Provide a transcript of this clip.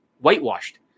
Whitewashed